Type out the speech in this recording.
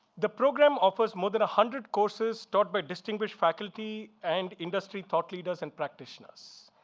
the program offers more than a hundred courses taught by distinguished faculty and industry thought leaders and practitioners.